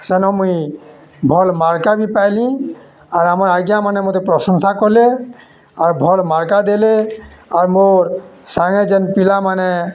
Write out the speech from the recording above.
ସେନ ମୁଇଁ ଭଲ୍ ମାର୍କା ବି ପାଏଲି ଆର୍ ଆମର୍ ଆଜ୍ଞା ମାନେ ମତେ ପ୍ରଶଂସା କଲେ ଆର୍ ଭଲ୍ ମାର୍କା ଦେଲେ ଆର୍ ମୋର୍ ସାଙ୍ଗେ ଯେନ୍ ପିଲାମାନେ